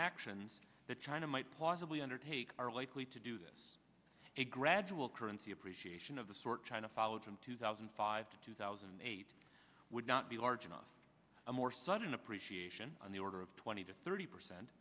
actions that china might plausibly undertake are likely to do this a gradual currency appreciation of the sort china followed from two thousand and five to two thousand and eight would not be large enough and more sudden appreciation on the order of twenty to thirty percent